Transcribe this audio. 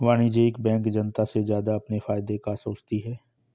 वाणिज्यिक बैंक जनता से ज्यादा अपने फायदे का सोचती है